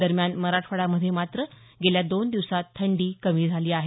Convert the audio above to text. दरम्यान मराठवाड्यामध्ये मात्र दोन दिवसांत थंडी कमी झाली आहे